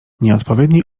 nieodpowiedni